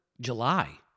July